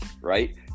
right